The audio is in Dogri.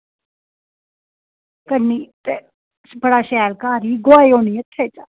करनी ते बड़ा शैल घर ई गुआएओ नेईं हत्थें चा